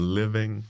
living